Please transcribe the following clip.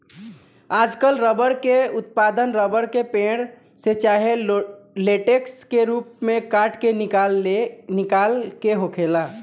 आजकल रबर के उत्पादन रबर के पेड़, से चाहे लेटेक्स के रूप में काट के निकाल के होखेला